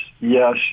yes